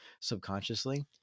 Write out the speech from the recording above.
Subconsciously